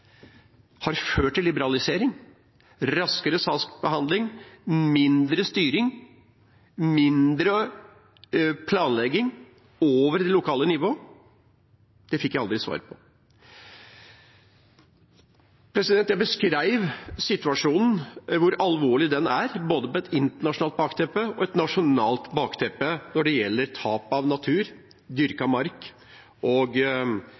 har ført til liberalisering, raskere saksbehandling, mindre styring, mindre planlegging på det lokale nivået. Det fikk jeg aldri svar på. Jeg beskrev situasjonen og hvor alvorlig den er, med både et internasjonalt og nasjonalt bakteppe, når det gjelder tap av natur, dyrket mark og